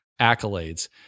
accolades